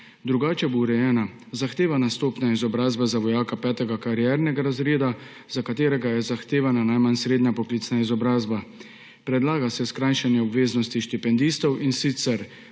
drugače bo urejana zahtevana stopnja izobrazbe za vojaka petega kariernega razreda, za katerega je zahtevana najmanj srednja poklicna izobrazba; predlaga se skrajšanje obveznosti štipendistov, in sicer